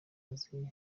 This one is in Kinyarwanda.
azi